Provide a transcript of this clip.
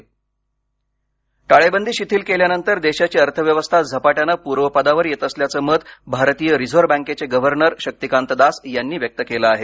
reserve bank टाळेबंदी शिथील केल्यानंतर देशाची अर्थव्यवस्था झपाट्यानं पूर्वपदावर येत असल्याचं मत भारतीय रिझर्व बँकेचे गव्हर्नर शक्तीकांत दास यांनी व्यक्त केलं आहे